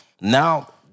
now